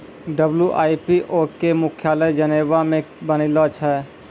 WIPO के मुख्यालय Geneva मे बनैने छै